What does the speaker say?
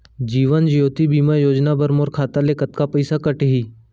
जीवन ज्योति बीमा योजना बर मोर खाता ले कतका पइसा कटही?